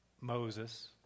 Moses